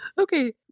Okay